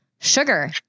sugar